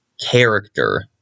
character